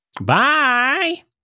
Bye